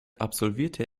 absolvierte